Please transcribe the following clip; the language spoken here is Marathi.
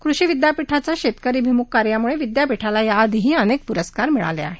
कृषि विद्यापीठाच्या शेतकरीभिमुख कार्यामुळे विद्यापीठाला याआधीही अनेक पुरस्कार मिळाले आहेत